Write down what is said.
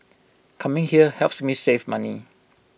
coming here helps me save money